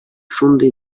шундый